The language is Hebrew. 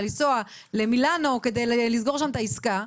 לנסוע למילאנו כדי לסגור שם את העסקה,